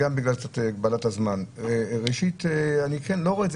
אני לא רואה את הדיון הזה כמיותר,